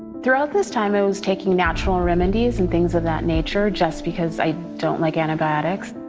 throughout this time i was taking natural remedies and things of that nature just because i don't like antibiotics.